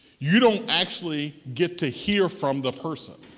you don't actually get to hear from the person.